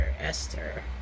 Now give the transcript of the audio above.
esther